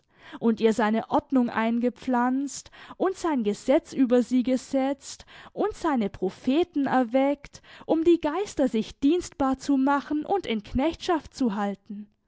und ihr seine ordnung eingepflanzt und sein gesetz über sie gesetzt und seine propheten erweckt um die geister sich dienstbar zu machen und in knechtschaft zu halten